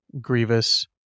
Grievous